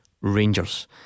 Rangers